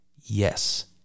Yes